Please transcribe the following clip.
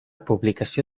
publicació